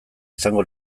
izango